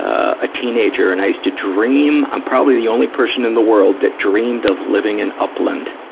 a, a teenager. and i used to dream, i'm probably the only person in the world, that dreamed of living in upland.